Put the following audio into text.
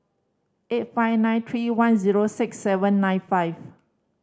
eight five nine three one zero six seven nine five